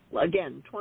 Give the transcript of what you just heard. Again